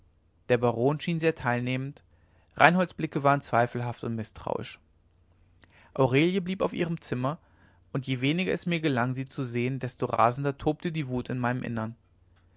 der baron schien sehr teilnehmend reinholds blicke waren zweifelhaft und mißtrauisch aurelie blieb auf ihrem zimmer und je weniger es mir gelang sie zu sehen desto rasander tobte die wut in meinem innern